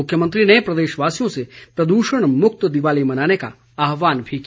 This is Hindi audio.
मुख्यमंत्री ने प्रदेशवासियों से प्रदूषण मुक्त दीवाली मनाने का आहवान भी किया